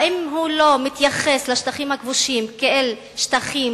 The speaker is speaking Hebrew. האם הוא לא מתייחס לשטחים הכבושים כאל שטחים